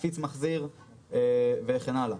קפיץ מחזיר וכן הלאה.